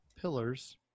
pillars